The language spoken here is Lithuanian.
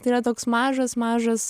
tai yra toks mažas mažas